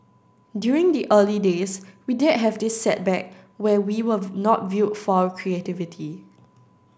during the early days we did have this setback where we were not viewed for our creativity